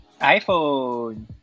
iPhone